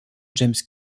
james